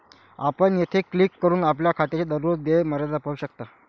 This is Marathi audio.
आपण येथे क्लिक करून आपल्या खात्याची दररोज देय मर्यादा तपासू शकता